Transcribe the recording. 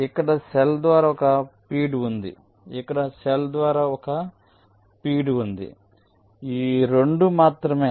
కాబట్టి ఇక్కడ సెల్ ద్వారా ఒక ఫీడ్ ఉంది ఇక్కడ సెల్ ద్వారా ఒక ఫీడ్ ఉంది ఈ రెండు మాత్రమే